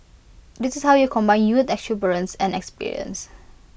this is how you combine youth exuberance and experience